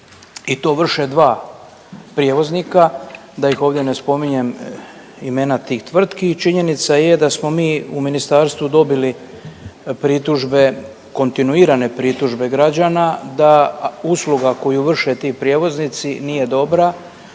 I to vrše dva prijevoznika da ih ovdje ne spominjem imena tih tvrtki. Činjenica je da smo mi u ministarstvu dobili pritužbe, kontinuirane pritužbe građana da usluga koju vrše ti prijevoznici nije dobra,